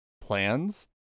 plans